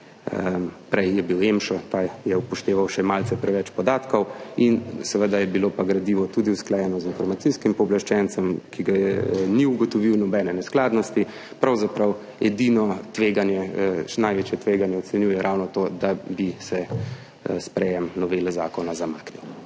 prej je bil EMŠO, ta je upošteval še malce preveč podatkov in seveda je bilo gradivo usklajeno tudi z informacijskim pooblaščencem, ki ga ni ugotovil nobene neskladnosti, pravzaprav edino tveganje, največje tveganje ocenjuje ravno to, da bi se sprejem novele zakona zamaknil.